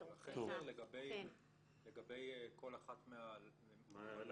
של החסר לגבי כל אחת מהלקויות.